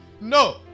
No